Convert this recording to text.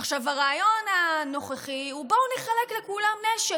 עכשיו, הרעיון הנוכחי הוא: בואו נחלק לכולם נשק.